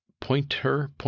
Pointer